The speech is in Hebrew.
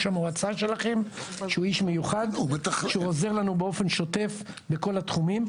המועצה שלכם שהוא איש מיוחד שעוזר לנו באופן שוטף בכל התחומים.